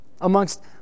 Amongst